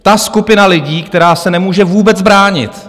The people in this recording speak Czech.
Ta skupina lidí, která se nemůže vůbec bránit!